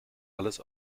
alles